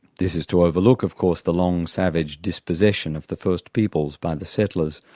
this is to overlook of course the long savage dispossession of the first peoples by the settlers,